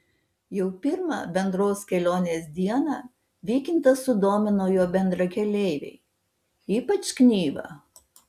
jau pirmą bendros kelionės dieną vykintą sudomino jo bendrakeleiviai ypač knyva